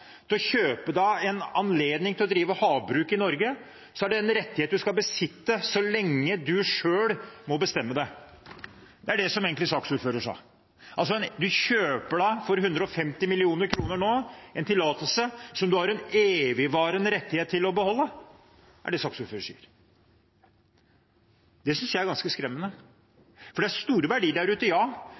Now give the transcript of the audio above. til å kjøpe deg en anledning til å drive havbruk i Norge, er det en rettighet du skal besitte så lenge du selv måtte bestemme det. Det er egentlig det saksordføreren sa. Du kjøper deg for 150 mill. kr nå en tillatelse som du har en evigvarende rettighet til å beholde – det er det saksordføreren sier. Det synes jeg er ganske skremmende. For det er store verdier der ute, ja.